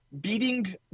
Beating